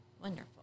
Wonderful